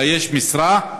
לאייש משרה,